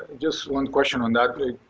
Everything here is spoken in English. ah just one question on that.